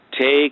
take